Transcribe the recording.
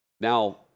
now